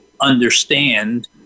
understand